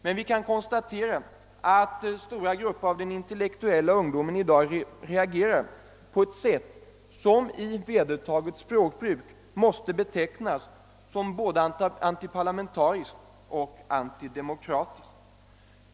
Men vi kan konstatera att stora grupper av den intellektuella ungdomen i dag reagerar på ett sätt som enligt vedertaget språkbruk måste betecknas som både antiparlamentariskt och antidemokratiskt.